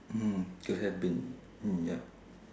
mm could have been mm yup